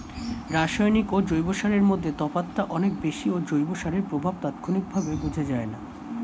রাসায়নিক ও জৈব সারের মধ্যে তফাৎটা অনেক বেশি ও জৈব সারের প্রভাব তাৎক্ষণিকভাবে বোঝা যায়না